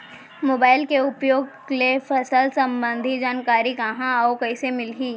Mobile के उपयोग ले फसल सम्बन्धी जानकारी कहाँ अऊ कइसे मिलही?